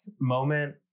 moment